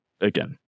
again